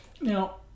Now